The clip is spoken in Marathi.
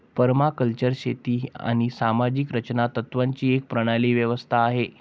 परमाकल्चर शेती आणि सामाजिक रचना तत्त्वांची एक प्रणाली व्यवस्था आहे